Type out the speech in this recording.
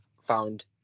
found